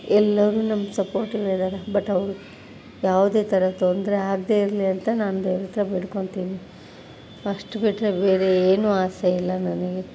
ಎಲ್ಲರೂ ನಮ್ಗೆ ಸಪೋರ್ಟಿವ್ ಇದಾರೆ ಬಟ್ ಅವರು ಯಾವುದೇ ಥರ ತೊಂದರೆ ಆಗದೆ ಇರಲಿ ಅಂತ ನಾನು ದೇವ್ರಹತ್ರ ಬೇಡ್ಕೊತೀನಿ ಅಷ್ಟು ಬಿಟ್ಟರೆ ಬೇರೆ ಏನು ಆಸೆ ಇಲ್ಲ ನನಗೆ